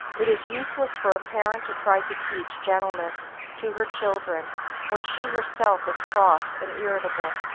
it is useless for a parent to try to teach gentleness to her children when she herself is cross and irritable.